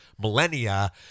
millennia